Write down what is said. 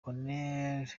colonel